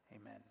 amen